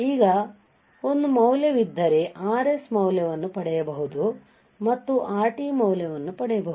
ಈಗ ಒಂದು ಮೌಲ್ಯವಿದ್ದರೆ Rs ಮೌಲ್ಯವನ್ನು ಪಡೆಯಬಹುದು ಮತ್ತು Rt ಮೌಲ್ಯವನ್ನು ಪಡೆಯಬಹುದು